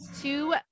two